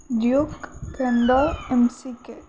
Duke కేందర్ ఎమ్సికే